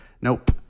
Nope